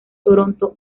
toronto